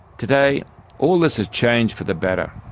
today all this has changed for the better.